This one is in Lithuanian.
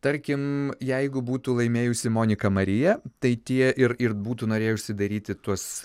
tarkim jeigu būtų laimėjusi monika marija tai tie ir ir būtų norėję užsidaryti tuos ledinius efektus